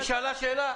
היא שאלה אותו שאלה.